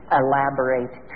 elaborate